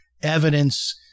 evidence